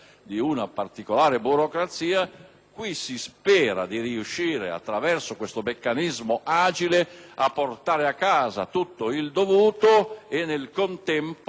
Si spera di riuscire, attraverso questo meccanismi agile, a portare a casa tutto il dovuto e nel contempo a mettere a disposizione